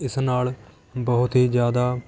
ਇਸ ਨਾਲ਼ ਬਹੁਤ ਹੀ ਜ਼ਿਆਦਾ